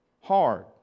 hard